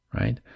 right